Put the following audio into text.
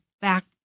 back